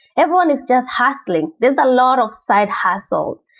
everyone is just hustling. there's a lot of side hustle.